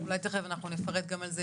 אולי תכף נפרט גם את זה.